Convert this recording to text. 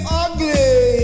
ugly